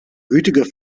gütige